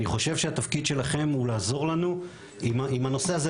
אני חושב שהתפקיד שלכם הוא לעזור לנו עם הנושא הזה.